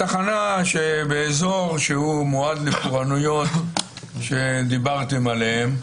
בתחנה שבאזור שהוא מועד לפורענויות שדיברתם עליהם,